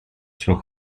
suo